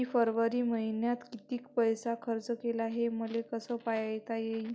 मी फरवरी मईन्यात कितीक पैसा खर्च केला, हे मले कसे पायता येईल?